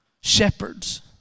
shepherds